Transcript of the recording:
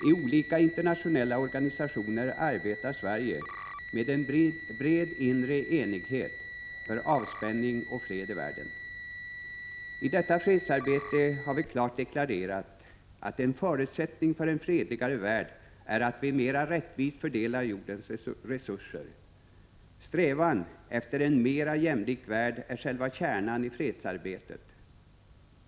I olika internationella organisationer arbetar Sverige, med en bred inre enighet, för avspänning och fred i världen. I detta fredsarbete har vi klart deklarerat att en förutsättning för en fredligare värld är att vi mera rättvist fördelar jordens resurser. Strävan efter en mera jämlik värld är själva kärnan i fredsarbetet.